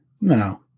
No